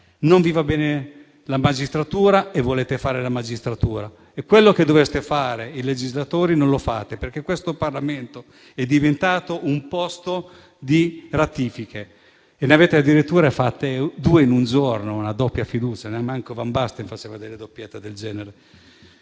Non vi va bene la magistratura e volete fare la magistratura e quello che dovreste fare - i legislatori - non lo fate. Questo Parlamento è diventato un posto di ratifiche, ne avete addirittura fatte due in un giorno, una doppia fiducia, nemmeno Van Basten faceva delle doppiette del genere.